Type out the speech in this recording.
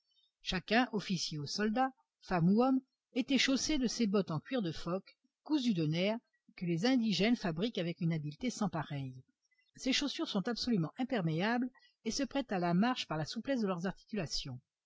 chacun officier ou soldat femme ou homme était chaussé de ces bottes en cuir de phoque cousues de nerfs que les indigènes fabriquent avec une habileté sans pareille ces chaussures sont absolument imperméables et se prêtent à la marche par la souplesse de leurs articulations